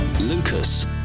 Lucas